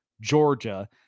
Georgia